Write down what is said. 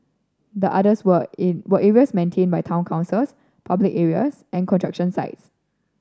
the others were in were areas maintained by town councils public areas and construction sites